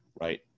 right